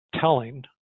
telling